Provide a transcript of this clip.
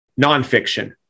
nonfiction